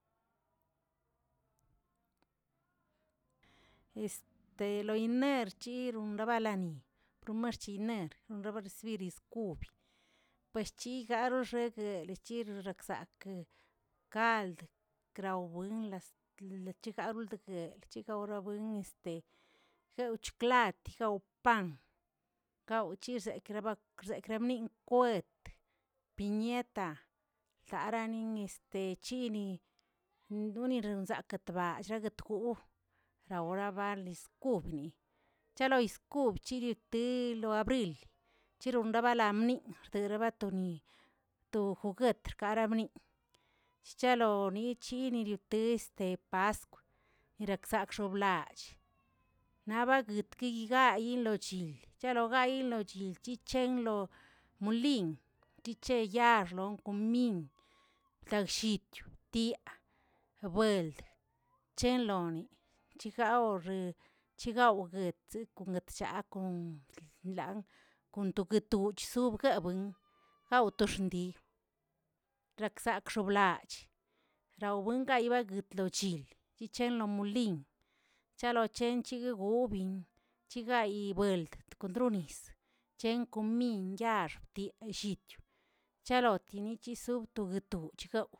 Este lo iner rinrubalani marchi iner rebersibis ub pueschigꞌ aroxegueꞌ chirixagsakꞌ kald krawbuinlas lechekraroldg bel chegraurabui este jeuchdiklag jewanpan gawchizekrak zekrekmiꞌi poet, piñeta, ldaraning techini, uninoranzakꞌ ballraletgoo, raurabaliz kubni chalo yiz kob yite lo abril, chirorabalamni' ererebatoni to juguetr arabni, chchalonichini test paskw yirkzakxoblach, naꞌbaguetbiyi layilochil charigayi lochilchichen lo molin, tiche yaax wo komin lagllichiubtii, buelt chenloni chigawoxe chigaoguet kon yetlla kon ilan konto guetchogso guebuin, gawtoxindii xaksakxobliach rambuengay baglo chil yichen lo molin, chalo chench lgobin chigayi buelt kontronis, chen komin yaax ti- llitchiu chalo yinichisobtu tuchgawꞌ.